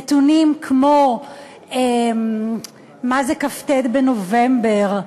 נתונים כמו מה זה כ"ט בנובמבר,